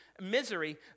misery